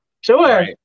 Sure